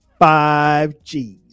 5g